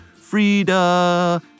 Frida